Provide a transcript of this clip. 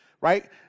right